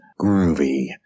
groovy